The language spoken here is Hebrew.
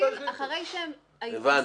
--- ב-7 בינואר --- ואחרי שהם יסתיימו,